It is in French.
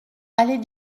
allée